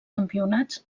campionats